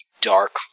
dark